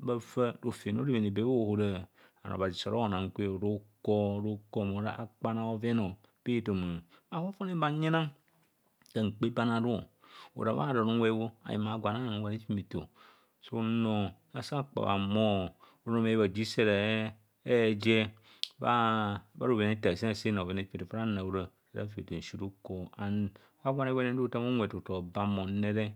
bhafa rofem rodemene be bhaora and obhazi sa- ora onan kwe ruko ruko mora akpana oveno bhe ethoma and fofone ba nyina sanra nfumeto nsi ruko and nta gwan gwen nta othaama unwe tutu oba mum rere. Nkpe be ani aru ora bhadon unwe o, ayeng gwan anum gwa hifumeto sa unro nta aa bha humor runome bhaji se ere ejer bha ro bhenaetor asena aseni bhoven ahifumeto faa nhura nang ora nra nfumeto nsi ruko and nta gwan gwen nta othaama unwe tutu oba mum rere.